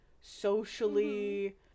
socially